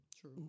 True